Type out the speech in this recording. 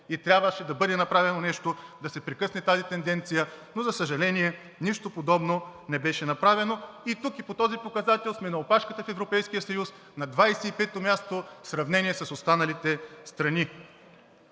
и трябваше да бъде направено нещо, за да се прекъсне тази тенденция, но за съжаление, нищо подобно не беше направено. И тук и по този показател сме на опашката в Европейския съюз, на 25-о място в сравнение с останалите страни.